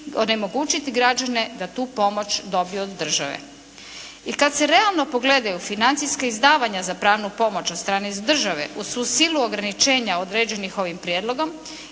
onemogućiti građane da tu pomoć dobiju od države. I kad se realno pogledaju financijska izdavanja za pravnu pomoć od strane države uz svu silu ograničenja određenih ovim prijedlogom